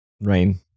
rain